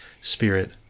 spirit